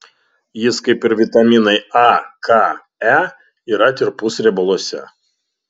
jis kaip ir vitaminai a k e yra tirpus riebaluose